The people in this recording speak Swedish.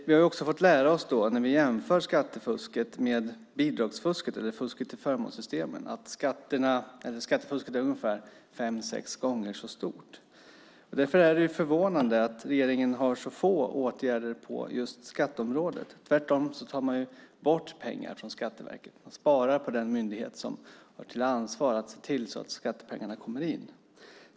Vi har också fått lära oss när vi jämför skattefusket med bidragsfusket, alltså fusket i förmånssystemen, att skattefusket är ungefär fem sex gånger så stort. Därför är det förvånande att regeringen har så få åtgärder på just skatteområdet. Tvärtom tar man bort pengar från Skatteverket. Man sparar på den myndighet som har som sitt ansvar att se till att skattepengarna kommer in.